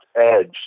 Edge